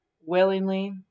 willingly